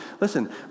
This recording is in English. Listen